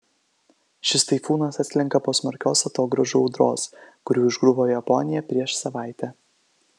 šis taifūnas atslenka po smarkios atogrąžų audros kuri užgriuvo japoniją prieš savaitę